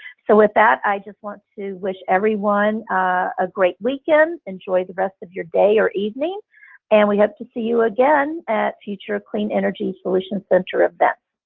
so with that, i just want to wish everyone a great weekend. enjoy the rest of your day or evening and we hope to see you again at future clean energy solution center events.